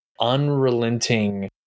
unrelenting